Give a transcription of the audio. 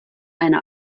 eine